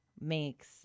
makes